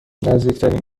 نزدیکترین